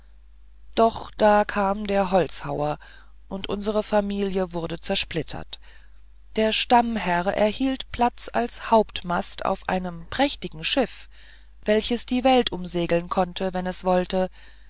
doch da kam der holzhauer und unsere familie wurde zersplittert der stammherr erhielt platz als hauptmast auf einem prächtigen schiffe welches die welt umsegeln konnte wenn es wollte